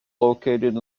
located